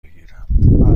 بگیرم